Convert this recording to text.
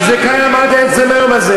וזה קיים עד עצם היום הזה,